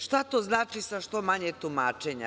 Šta to znači sa što manje tumačenja?